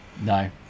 no